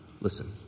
Listen